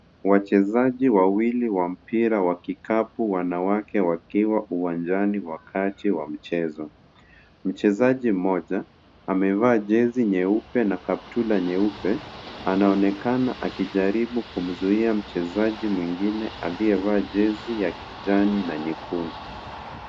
Wachezaji wawili wa mpira wa kikapu wanawake wakiwa uwanjani wakati wa mchezo. Mchezaji mmoja, amevaa jezi nyeupe na kaptula nyeupe anaonekana akijaribu kumzuia mchezaji mwingine aliyevaa jezi ya kijani na nyekundu.